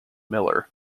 miller